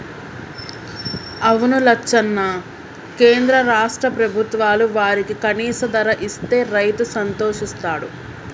అవును లచ్చన్న కేంద్ర రాష్ట్ర ప్రభుత్వాలు వారికి కనీస ధర ఇస్తే రైతు సంతోషిస్తాడు